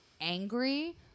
angry